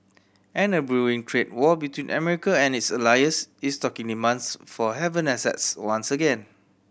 and a brewing trade war between America and its allies is stoking demands for haven assets once again